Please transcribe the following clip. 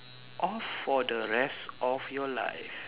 off for the rest of your life